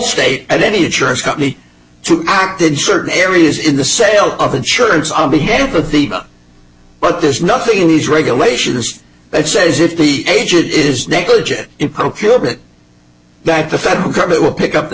state and any insurance company to act in certain areas in the sale of insurance on behalf of the but there's nothing in these regulations that says if the agent is negligent in procuring that the federal government will pick up the